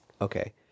Okay